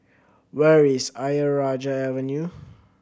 where is Ayer Rajah Avenue